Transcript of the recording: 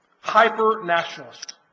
hyper-nationalist